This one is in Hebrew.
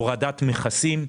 הורדת מכסים,